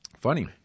Funny